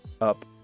up